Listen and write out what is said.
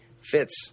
fits